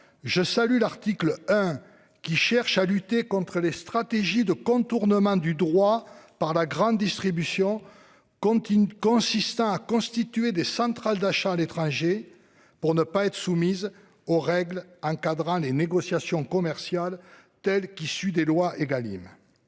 je salue l'article 1, qui vise à lutter contre les stratégies de contournement du droit par la grande distribution, laquelle constitue des centrales d'achat à l'étranger pour ne pas être soumise aux règles encadrant les négociations commerciales telles que les ont fixées